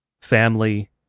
family